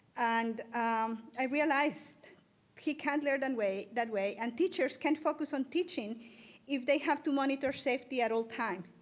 and i realized he can't learn and way that way. and teachers can't focus on teaching if they have to monitor safety at all time.